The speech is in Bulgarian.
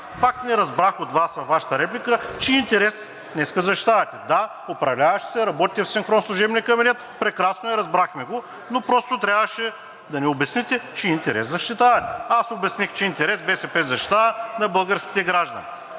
Пак не разбрах от Вас във Вашата реплика чий интерес защитавате днес. Да, управляващи сте, работите в синхрон със служебния кабинет. Прекрасно е, разбрахме го, но просто трябваше да ни обясните чий интерес защитавате. Аз обясних чий интерес БСП защитава – на българските граждани.